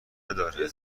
نداره